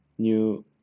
new